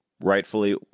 rightfully